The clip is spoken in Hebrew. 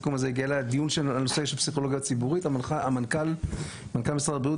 הדיון של הנושא של פסיכולוגיה ציבורית מנכ"ל משרד הבריאות